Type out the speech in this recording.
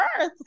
earth